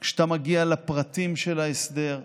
כשאתה מגיע לפרטים של ההסדר.